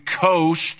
coast